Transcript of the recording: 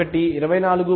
1 24